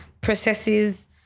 Processes